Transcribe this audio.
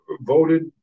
voted